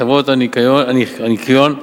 חברות הניכיון,